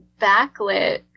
backlit